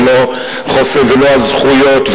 ולא הזכויות,